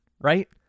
right